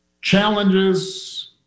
challenges